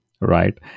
right